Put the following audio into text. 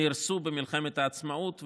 שנהרסו במלחמת העצמאות.